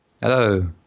Hello